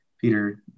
Peter